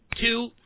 two